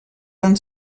van